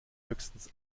höchstens